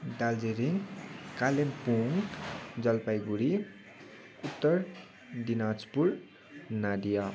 Darjeeling Kalimpong Jalpaiguri Uttar Dinajpur Nadia